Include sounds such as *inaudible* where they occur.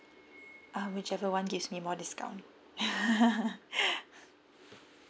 uh whichever one gives me more discount *laughs*